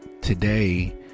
today